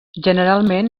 generalment